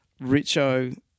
Richo –